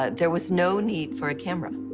ah there was no need for a camera.